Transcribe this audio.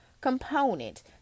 component